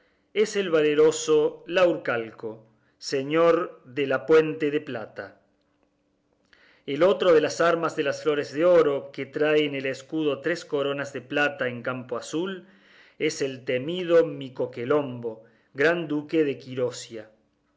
es el valeroso laurcalco señor de la puente de plata el otro de las armas de las flores de oro que trae en el escudo tres coronas de plata en campo azul es el temido micocolembo gran duque de